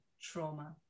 trauma